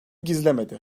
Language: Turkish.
gizlemedi